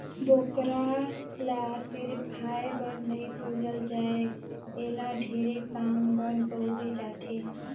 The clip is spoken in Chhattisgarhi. बोकरा ल सिरिफ खाए बर नइ पूजल जाए एला ढेरे काम बर बउरे जाथे